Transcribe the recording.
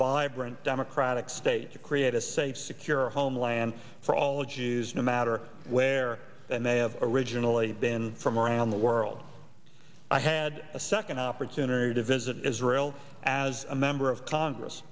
vibrant democratic state to create a safe secure homeland for all a g s no matter where and they have originally been from around the world i had a second opportunity to visit israel as a member of congress